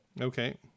Okay